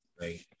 Right